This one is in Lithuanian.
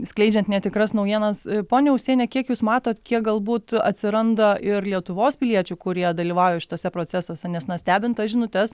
skleidžiant netikras naujienas ponia ūsienė kiek jūs matot kiek galbūt atsiranda ir lietuvos piliečių kurie dalyvauja šituose procesuose nes na stebint tas žinutes